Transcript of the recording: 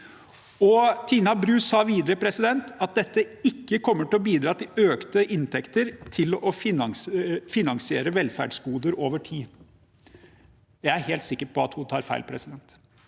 Tina Bru sa videre at dette ikke kommer til å bidra til økte inntekter til å finansiere velferdsgoder over tid. Jeg er helt sikker på at hun tar feil om det